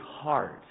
heart